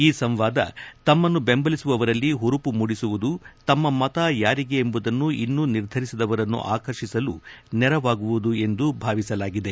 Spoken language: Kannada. ಈ ಸಂವಾದ ತಮ್ನನ್ನು ಬೆಂಬಲಿಸುವವರಲ್ಲಿ ಹುರುಪು ಮೂಡಿಸುವುದು ತಮ್ನ ಮತ ಯಾರಿಗೆ ಎಂಬುದನ್ನು ಇನ್ನು ನಿರ್ಧರಿಸದವರನ್ನು ಆಕರ್ಷಿಸಲು ನೆರವಾಗುವುದು ಎಂದು ಭಾವಿಸಲಾಗಿದೆ